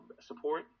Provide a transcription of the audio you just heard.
support